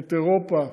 את אירופה,